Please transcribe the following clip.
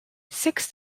six